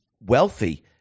wealthy